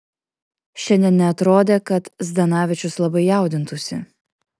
šiandien neatrodė kad zdanavičius labai jaudintųsi